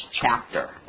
chapter